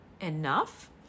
enough